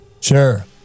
Sure